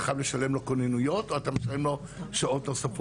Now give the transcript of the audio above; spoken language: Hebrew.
אתה חייב לשלם לו כוננויות או אתה משלם לו שעות נוספות.